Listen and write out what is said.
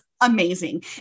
amazing